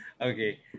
Okay